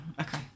Okay